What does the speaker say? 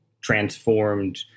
transformed